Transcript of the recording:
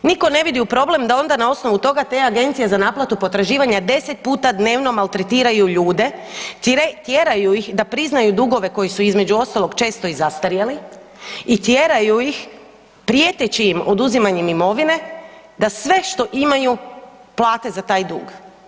Niko ne vidi problem da onda na osnovu toga, te agencije za naplatu potraživanja 10 puta dnevno maltretiraju ljude, tjeraju ih da priznaju dugove koji su između ostalog često i zastarjeli i tjeraju ih prijeteći im oduzimanjem imovine da sve što imaju, plate za taj dug.